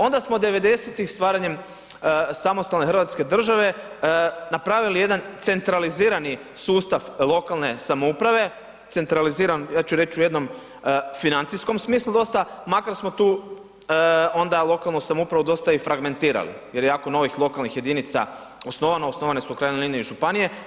Onda smo '90. stvaranjem samostalne Hrvatske države napravili jedan centralizirani sustav lokalne samouprave, centraliziran ja ću reći u jednom financijskom smislu dosta, makar smo tu onda lokalnu samoupravu dostav i fragmentirali, jer je jako novih lokalnih jedinica osnovano, osnovane su u krajnjoj liniji županije.